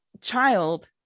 child